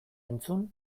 entzun